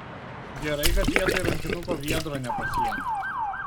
gerai kad vietoj rankinuko viedro nepasiėmė